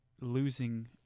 losing